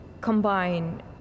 combine